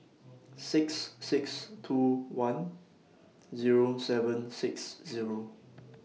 six six two one Zero seven six Zero